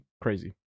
Crazy